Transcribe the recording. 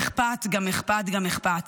אכפת גם אכפת גם אכפת.